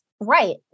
Right